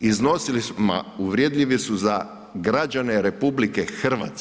Iznosili su, ma uvredljivi su za građane RH.